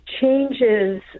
changes